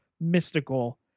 mystical